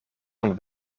van